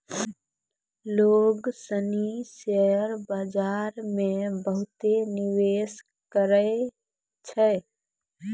लोग सनी शेयर बाजार मे बहुते निवेश करै छै